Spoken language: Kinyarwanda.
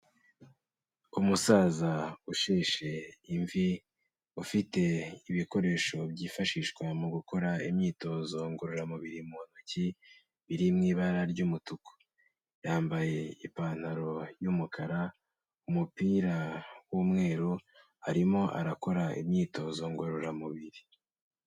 Umusaza usheshe imvi, ufite ibikoresho byifashishwa mu gukora imyitozo ngororamubiri mu ntoki biri mu ibara ry'umutuku, yambaye ipantaro y'umukara, umupira w'umweru, arimo arakora imyitozo ngororamubiri.